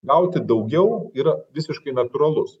gauti daugiau yra visiškai natūralus